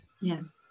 Yes